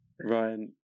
Ryan